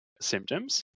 symptoms